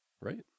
Right